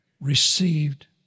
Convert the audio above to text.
received